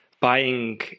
buying